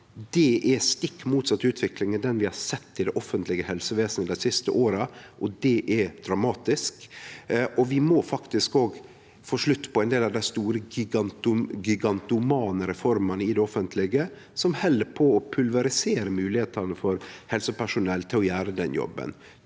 Det er stikk motsett utvikling av det vi har sett i det offentlege helsevesenet dei siste åra, og det er dramatisk. Vi må faktisk òg få slutt på ein del av dei store, gigantomane, reformene i det offentlege som held på å pulverisere moglegheitene for helsepersonell til å gjere jobben,